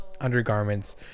undergarments